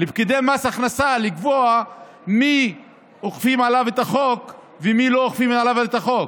לפקידי מס הכנסה לקבוע על מי אוכפים את החוק ועל מי לא אוכפים את החוק.